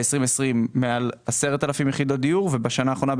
בשנת 2020 מעל 10,000 יחידות דיור ובשנה האחרונה,